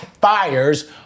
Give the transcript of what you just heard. fires